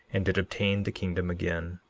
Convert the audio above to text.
and did obtain the kingdom again.